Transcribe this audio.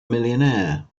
millionaire